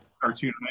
cartoon